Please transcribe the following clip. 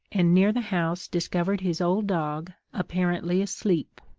and near the house discovered his old dog, apparently asleep.